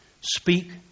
Speak